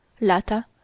lata